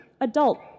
adult